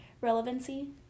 Relevancy